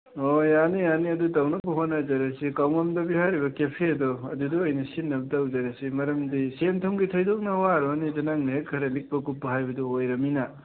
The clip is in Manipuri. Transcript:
ꯑꯣ ꯌꯥꯅꯤ ꯌꯥꯅꯤ ꯑꯗꯨ ꯇꯧꯅꯕ ꯍꯣꯠꯅꯖꯔꯁꯤ ꯀꯥꯎꯉꯝꯗꯕꯤ ꯍꯥꯏꯔꯤꯕ ꯀꯦꯐꯦꯗꯣ ꯍꯣꯏ ꯑꯗꯨꯗ ꯑꯣꯏꯅ ꯁꯤꯟꯅꯕ ꯇꯧꯖꯔꯁꯤ ꯃꯔꯝꯗꯤ ꯁꯦꯟꯊꯨꯝꯒꯤ ꯊꯣꯏꯗꯣꯛꯅ ꯋꯥꯔꯣꯅꯨꯗ ꯅꯪꯅ ꯍꯦꯛ ꯈꯔ ꯂꯤꯛꯄ ꯀꯨꯞꯄ ꯍꯥꯏꯕꯗꯣ ꯑꯣꯏꯔꯃꯤꯅ